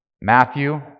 Matthew